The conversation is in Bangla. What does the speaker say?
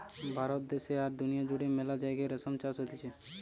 ভারত দ্যাশে আর দুনিয়া জুড়ে মেলা জাগায় রেশম চাষ হতিছে